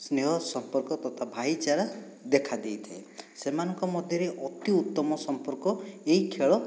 ସ୍ନେହ ସମ୍ପର୍କ ତଥା ଭାଇଚାରା ଦେଖା ଦେଇଥାଏ ସେମାନଙ୍କ ମଧ୍ୟରେ ଅତି ଉତ୍ତମ ସମ୍ପର୍କ ଏହି ଖେଳ